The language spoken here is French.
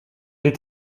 est